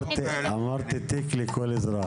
ההערה שלך מאוד חשובה בעניין הזה.